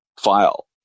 file